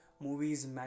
movies